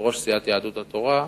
יושב-ראש סיעת יהדות התורה,